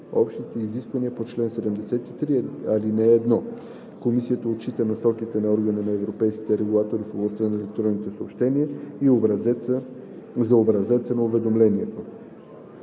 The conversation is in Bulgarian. общите изисквания по чл. 73, ал. 1. Комисията отчита насоките на Органа на европейските регулатори в областта на електронните съобщения за образеца на уведомлението.“